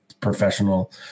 professional